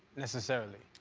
necessarily.